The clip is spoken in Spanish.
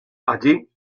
allí